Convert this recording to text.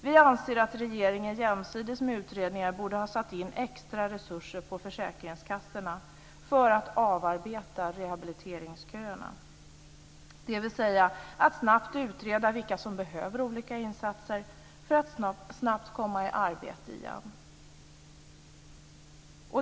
Vi anser att regeringen jämsides med utredningar borde ha satt in extra resurser på försäkringskassorna för att avarbeta rehabiliteringsköerna, dvs. snabbt utreda vilka som behöver olika insatser för att snabbt komma i arbete igen.